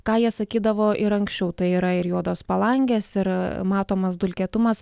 ką jie sakydavo ir anksčiau tai yra ir juodos palangės ir matomas dulkėtumas